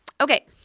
okay